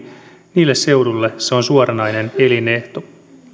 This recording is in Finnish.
niille seuduille se on suoranainen elinehto